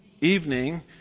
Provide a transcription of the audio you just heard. Evening